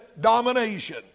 domination